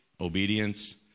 obedience